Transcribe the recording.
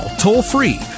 toll-free